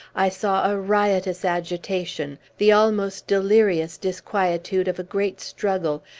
i saw a riotous agitation the almost delirious disquietude of a great struggle,